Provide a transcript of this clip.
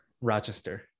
Rochester